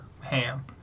ham